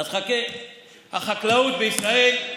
החקלאות בישראל,